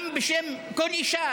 גם בשם כל אישה?